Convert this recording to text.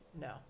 No